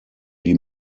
die